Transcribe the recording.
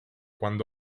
quando